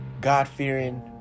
God-fearing